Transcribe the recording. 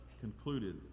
concluded